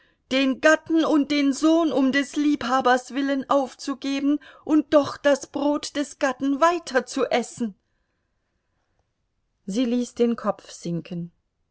den gatten und den sohn um des liebhabers willen aufzugeben und doch das brot des gatten weiter zu essen sie ließ den kopf sinken